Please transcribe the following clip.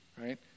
right